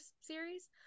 series